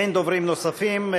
אין דוברים נוספים.